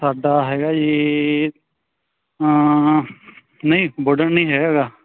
ਸਾਡਾ ਹੈਗਾ ਜੀ ਨਹੀਂ ਵੂਡਨ ਨਹੀਂ ਹੈਗਾ